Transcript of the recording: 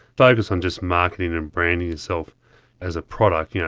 focus on just marketing and branding itself as a product, you know